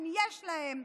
אם יש להם,